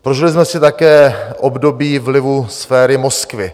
Prožili jsme si také období vlivu sféry Moskvy.